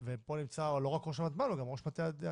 ופה נמצא גם לא רק ראש הוותמ"ל אלא גם ראש מטה התכנון